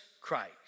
Christ